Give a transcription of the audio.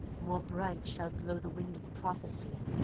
more bright shall blow the wind of prophecy,